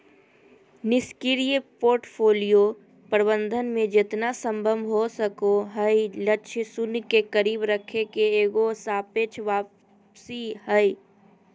निष्क्रिय पोर्टफोलियो प्रबंधन मे जेतना संभव हो सको हय लक्ष्य शून्य के करीब रखे के एगो सापेक्ष वापसी हय